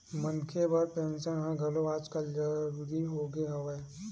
मनखे बर पेंसन ह घलो आजकल जरुरी होगे हवय